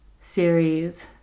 series